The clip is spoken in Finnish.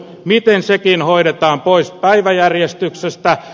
miten sekin hoidetaan pois päiväjärjestyksestä